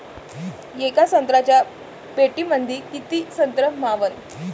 येका संत्र्याच्या पेटीमंदी किती संत्र मावन?